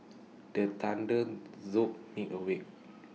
the thunder jolt me awake